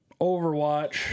Overwatch